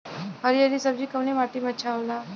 हरी हरी सब्जी कवने माटी में अच्छा होखेला?